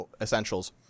essentials